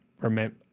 Remember